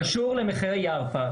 זה קשור למחירי "ירפא",